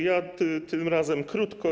Ja tym razem krótko.